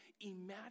Imagine